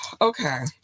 Okay